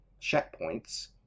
checkpoints